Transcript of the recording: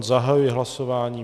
Zahajuji hlasování.